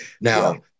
Now